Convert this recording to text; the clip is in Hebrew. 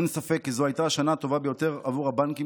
אין ספק כי זו הייתה השנה הטובה ביותר עבור הבנקים